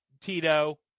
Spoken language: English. Tito